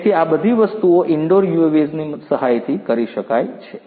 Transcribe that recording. તેથી આ બધી વસ્તુઓ ઇન્ડોર UAVs ની સહાયથી કરી શકાય છે